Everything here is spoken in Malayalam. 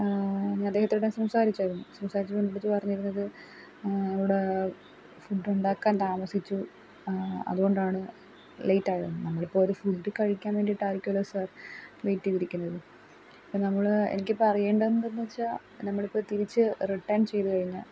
അദ്ദേഹത്തോട് സംസാരിച്ചിരുന്നു സംസാരിച്ചപ്പോൾ എന്റെയടുത്ത് പറഞ്ഞിരുന്നത് അവിടെ ഫുഡുണ്ടാക്കാൻ താമസിച്ചു അതുകൊണ്ടാണ് ലേറ്റായയന്നത് നമ്മളിപ്പോൾ ഒരു ഫുഡ് കഴിക്കാൻ വേണ്ടീട്ടായിരിക്കുമല്ലോ സർ വെയ്റ്റ് ചെയ്തിരിക്കുന്നത് ഇപ്പം നമ്മൾ എനിക്കിപ്പം അറിയേണ്ടത് എന്താണെന്നു വച്ചാൽ നമ്മളിപ്പം തിരിച്ച് റിട്ടേൺ ചെയ്ത് കഴിഞ്ഞാൽ